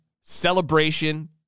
celebration